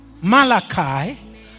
Malachi